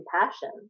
compassion